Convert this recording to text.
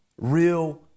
real